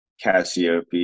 cassiope